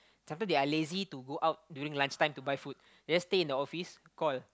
sometime they are lazy to go out during lunch time to buy food just stay in the office call